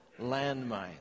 landmines